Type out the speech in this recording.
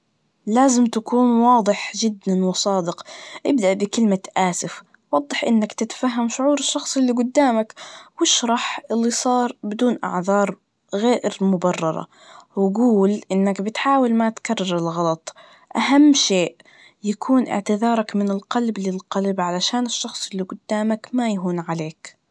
لازم تكون واضح جداً وصادق, ابدأ بكلمة آسف, وضح إنك تتفهم شعور الشخص اللي قدامك, واشرح اللي صار بدون أعذار غير مبررة, وقول إنك بتحاول ما تكرر الغلط, أههم شئ, يكون إعتذارك من القلب للقلب علشان الشخص اللي قدامك ما يههون عليك.